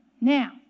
Now